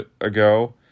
ago